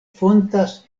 fontas